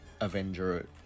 Avenger